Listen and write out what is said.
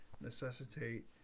necessitate